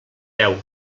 deu